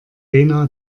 rena